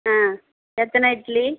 ஆ எத்தனை இட்லி